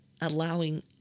allowing